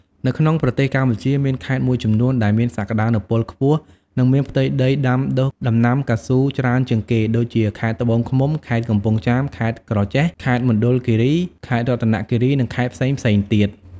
នៅក្នុងប្រទេសកម្ពុជា មានខេត្តមួយចំនួនដែលមានសក្តានុពលខ្ពស់ និងមានផ្ទៃដីដាំដុះដំណាំកៅស៊ូច្រើនជាងគេ ដូចជា ខេត្តត្បូងឃ្មុំ ខេត្តកំពង់ចាម ខេត្តក្រចេះ ខេត្តមណ្ឌលគិរី ខេត្តរតនគិរី និងខេត្តផ្សេងៗទៀត។